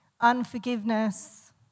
unforgiveness